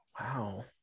Wow